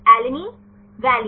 alanine valine